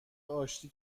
آشتی